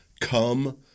come